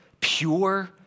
pure